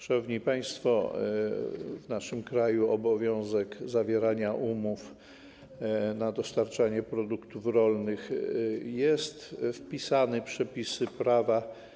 Szanowni państwo, w naszym kraju obowiązek zawierania umów na dostarczanie produktów rolnych jest wpisany w przepisy prawa.